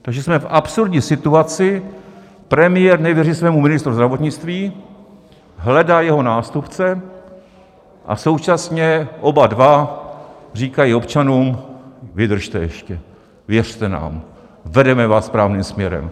Takže jsme v absurdní situaci premiér nevěří svému ministru zdravotnictví, hledá jeho nástupce a současně oba dva říkají občanům: Vydržte ještě, věřte nám, vedeme vás správným směrem.